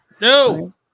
No